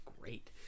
great